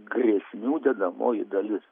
grėsmių dedamoji dalis